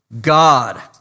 God